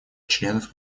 членов